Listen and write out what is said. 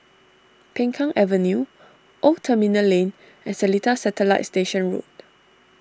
Peng Kang Avenue Old Terminal Lane and Seletar Satellite E Station Road